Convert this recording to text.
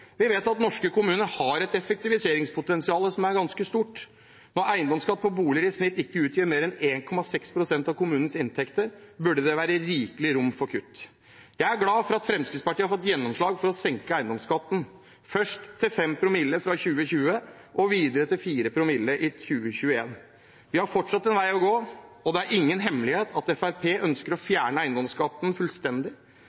Vi vet at norske kommuner har et effektiviseringspotensial som er ganske stort. Når eiendomsskatt på boliger i snitt ikke utgjør mer enn 1,6 pst. av kommunenes inntekter, burde det være rikelig rom for kutt. Jeg er glad for at Fremskrittspartiet har fått gjennomslag for å senke eiendomsskatten, først til 5 promille fra 2020 og videre til 4 promille i 2021. Vi har fortsatt en vei å gå, og det er ingen hemmelighet at Fremskrittspartiet ønsker å